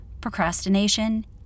procrastination